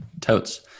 Totes